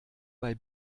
bei